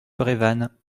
brévannes